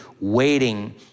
waiting